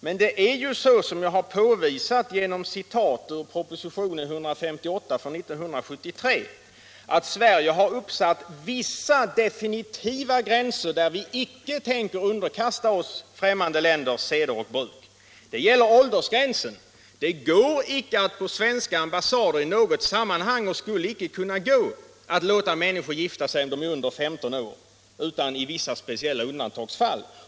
Men det är ju så, som jag har redovisat genom citat ur propositionen 158 från år 1973, att Sverige har uppsatt vissa definitiva gränser på områden där vi inte tänker underkasta oss främmande länders seder och bruk. Detta gäller åldersgränsen: det går inte att på svenska ambassader i något sammanhang låta människor gifta sig om de är under 15 år — utom i vissa speciella undantagsfall.